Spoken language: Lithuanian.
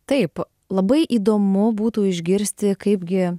taip labai įdomu būtų išgirsti kaipgi